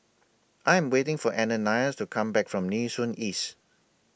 I Am waiting For Ananias to Come Back from Nee Soon East